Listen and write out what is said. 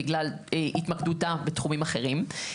בגלל התמקדותה בתחומים אחרים.